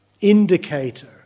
indicator